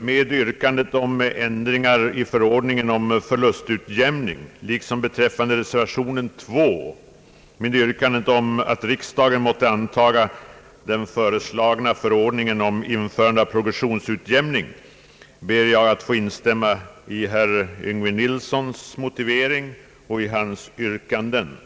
med yrkande om ändringar i förordningen om rätt till förlustutjämning liksom när det gäller reservationen nr 2 med yrkande om att riksdagen måtte antaga den föreslagna förordningen om införande av progressionsutjämning ber jag att få instämma i herr Yngve Nilssons motivering och i hans yrkanden.